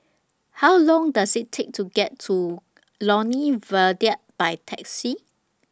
How Long Does IT Take to get to Lornie Viaduct By Taxi